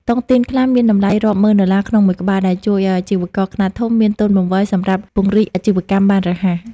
តុងទីនខ្លះមានតម្លៃរាប់ម៉ឺនដុល្លារក្នុងមួយក្បាល ដែលជួយឱ្យអាជីវករខ្នាតធំមានទុនបង្វិលសម្រាប់ពង្រីកអាជីវកម្មបានរហ័ស។